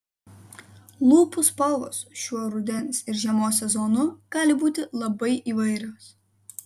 lūpų spalvos šiuo rudens ir žiemos sezonu gali būti labai įvairios